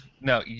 No